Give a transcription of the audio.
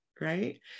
right